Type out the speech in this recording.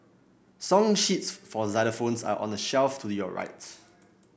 song sheets for xylophones are on the shelf to your right